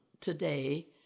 today